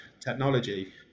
technology